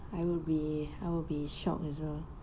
I will be I will be shocked as well